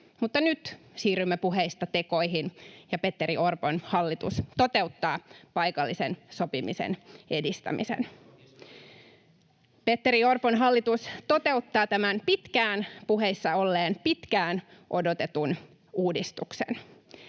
nyt siirrymme puheista tekoihin ja Petteri Orpon hallitus toteuttaa paikallisen sopimisen edistämisen. [Timo Heinonen: Se on historiallista!] Petteri Orpon hallitus toteuttaa tämän pitkään puheissa olleen, pitkään odotetun uudistuksen.